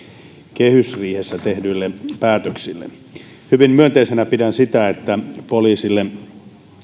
kehysriihessä tehdyille päätöksille hyvin myönteisenä pidän sitä että poliisille